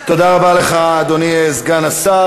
תודה רבה לך, אדוני סגן השר.